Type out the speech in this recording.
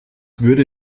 würde